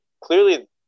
Clearly